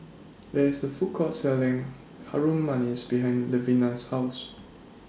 There IS A Food Court Selling Harum Manis behind Levina's House